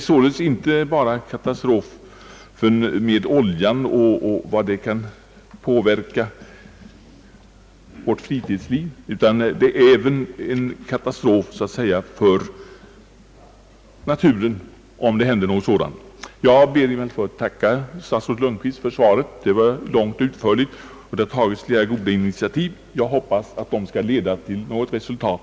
Följderna av en oljekatastrof drabbar således inte bara vårt fritidsliv utan innebär även en olycka för naturen. Jag ber emellertid att få tacka statsrådet Lundkvist för svaret, som var långt och utförligt. Det har tagits flera goda initiativ, vilka jag hoppas skall leda till något resultat.